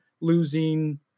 losing